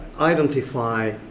identify